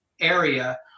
area